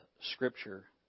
Scripture